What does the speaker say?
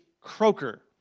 croaker